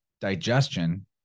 digestion